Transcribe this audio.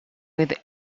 with